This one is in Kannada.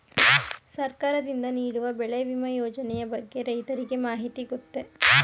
ಸರ್ಕಾರದಿಂದ ನೀಡುವ ಬೆಳೆ ವಿಮಾ ಯೋಜನೆಯ ಬಗ್ಗೆ ರೈತರಿಗೆ ಮಾಹಿತಿ ಗೊತ್ತೇ?